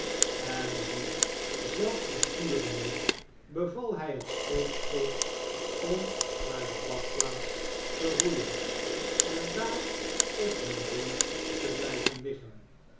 en die zelf besturende bevalhfl het scheepsvolk om naar de badplaats te roeien en daar op hun riemen te bljjven liggen